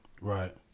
Right